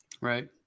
right